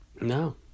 No